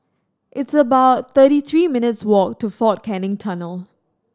it's about thirty three minutes' walk to Fort Canning Tunnel